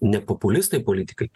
ne populistai politikai